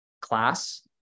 class